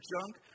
junk